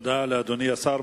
תודה לאדוני השר.